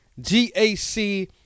G-A-C